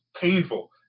painful